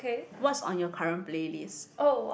what's on your current playlists